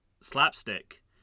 slapstick